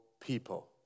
people